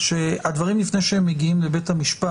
שהדברים לפני שהם מגיעים לבית-המשפט,